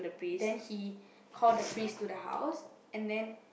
then he call the priest to the house and then